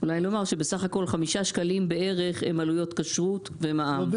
אולי לומר שבסך הכול חמישה שקלים בערך הם עלויות כשרות ומע"מ.